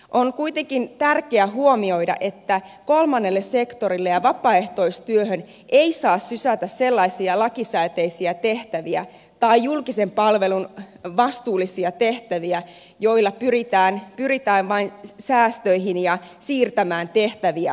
on kuitenkin tärkeää huomioida että kolmannelle sektorille ja vapaaehtoistyöhön ei saa sysätä sellaisia lakisääteisiä tehtäviä tai julkisen palvelun vastuullisia tehtäviä joilla pyritään vain säästöihin ja siirtämään tehtäviä toisaalle